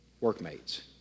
Workmates